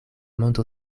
mondo